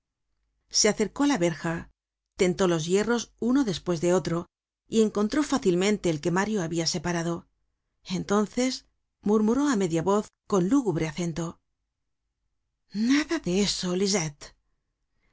se acercó á la verja tentó los hierros uno despues de otro y encontró fácilmente el que mario habia separado entonces murmuró á media voz con lúgubre acento nada de eso lisette